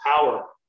power